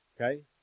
okay